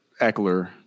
Eckler